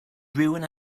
ruin